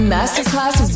Masterclass